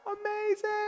Amazing